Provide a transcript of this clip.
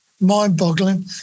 mind-boggling